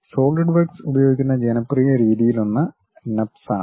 solid works ഉപയോഗിക്കുന്ന ജനപ്രിയ രീതിയിലൊന്ന് നർബ്സ് ആണ്